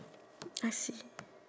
I see